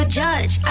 judge